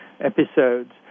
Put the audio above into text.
episodes